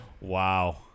Wow